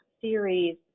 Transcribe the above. series